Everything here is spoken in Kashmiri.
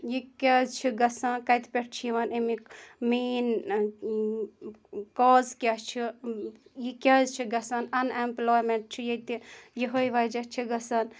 یہِ کیٛازِ چھِ گژھان کَتہِ پٮ۪ٹھ چھِ یِوان اَمِکۍ مین کاز کیٛاہ چھِ یہِ کیٛازِ چھِ گژھان اَن ایٚمپلایمیٚنٛٹ چھِ ییٚتہِ یِہٕے وجہہ چھِ گژھان